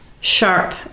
sharp